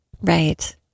right